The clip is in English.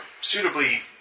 suitably